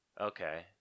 Okay